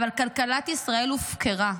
אבל כלכלת ישראל הופקרה.